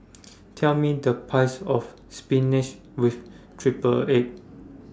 Tell Me The Price of Spinach with Triple Egg